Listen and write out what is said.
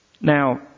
Now